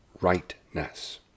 rightness